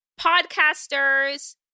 podcasters